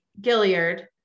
gilliard